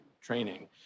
training